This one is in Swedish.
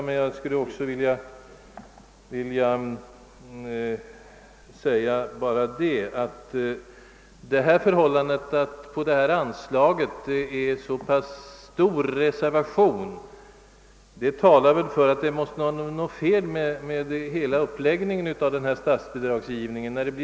Men jag skulle också vilja särskilt understryka att det förhållandet, att det på detta anslag samlats så stora reser vationer, starkt talar för att det måste vara något fel på själva principerna för statsbidragsgivningen.